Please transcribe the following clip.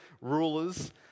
rulers